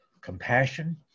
compassion